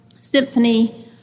symphony